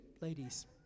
ladies